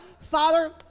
Father